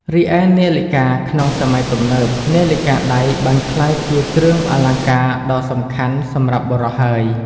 រីឯនាឡិកាក្នុង សម័យទំនើប នាឡិកាដៃបានក្លាយជាគ្រឿងអលង្ការដ៏សំខាន់សម្រាប់បុរសហើយ។